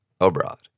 abroad